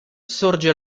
sorge